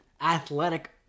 athletic